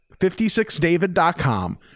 56david.com